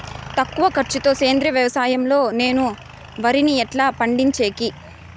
తక్కువ ఖర్చు తో సేంద్రియ వ్యవసాయం లో నేను వరిని ఎట్లా పండించేకి?